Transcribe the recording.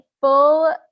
full